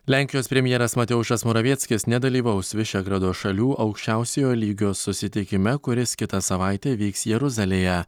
lenkijos premjeras mateušas moravieckis nedalyvaus višegrado šalių aukščiausiojo lygio susitikime kuris kitą savaitę vyks jeruzalėje